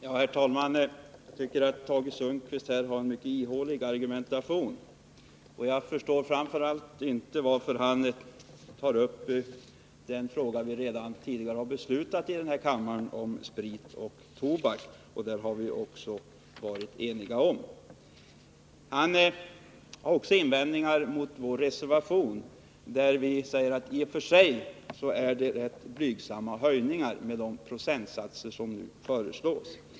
Herr talman! Jag tycker att Tage Sundkvist har en mycket ihålig argumentation. Jag förstår framför allt inte varför han tar upp frågan om spritoch tobaksskatten, som vi redan tidigare har fattat beslut om i enighet. Tage Sundkvist påpekar att vi i vår reservation medger att det är rätt blygsamma höjningar som föreslås.